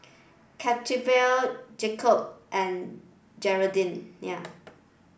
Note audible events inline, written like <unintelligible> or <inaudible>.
Cetaphil <unintelligible> Jacob's and Gardenia